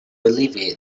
alleviate